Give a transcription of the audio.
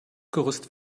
gerüst